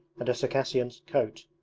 and a circassian coat,